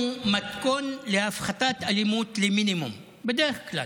שלום הוא מתכון להפחתת אלימות למינימום בדרך כלל.